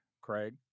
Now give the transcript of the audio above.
Craig